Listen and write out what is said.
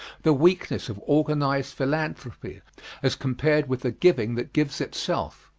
the weakness of organized philanthropy as compared with the giving that gives itself.